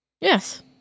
Yes